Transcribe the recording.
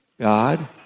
God